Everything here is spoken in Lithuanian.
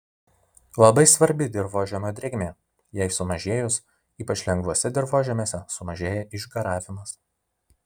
labai svarbi dirvožemio drėgmė jai sumažėjus ypač lengvuose dirvožemiuose sumažėja išgaravimas